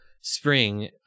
spring